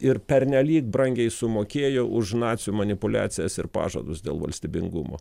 ir pernelyg brangiai sumokėjo už nacių manipuliacijas ir pažadus dėl valstybingumo